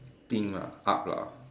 thing lah up lah